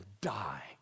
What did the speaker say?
die